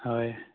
হয়